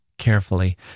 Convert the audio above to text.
carefully